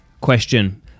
question